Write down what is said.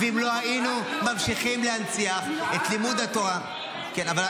ואם לא היינו ממשיכים להנציח את לימוד התורה --- אלעזר,